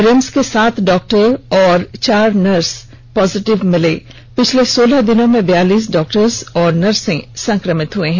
RIMS के सात doctor और चार नर्स पॉजिटिव मिले पिछले सोलह दिनों में बयालीस डॉक्टर और नर्स संक्रमित हुए हैं